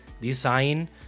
design